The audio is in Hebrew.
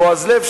בועז לב,